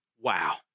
Wow